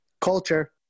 Culture